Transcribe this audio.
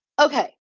Okay